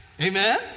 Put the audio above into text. Amen